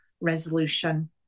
resolution